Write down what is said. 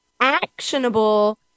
actionable